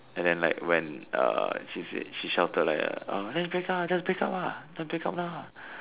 and then like when she said she shouted like just break up just break up just break up now